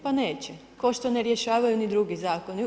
Pa neće kao što ne rješavaju ni drugi zakoni.